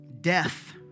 Death